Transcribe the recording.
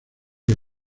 día